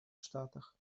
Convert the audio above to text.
штатах